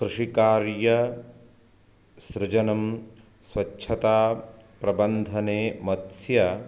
कृषिकार्य सृजनं स्वच्छता प्रबन्धने मत्स्य